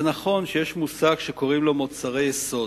זה נכון שיש מושג שקוראים לו מוצרי יסוד,